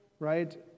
right